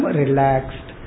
relaxed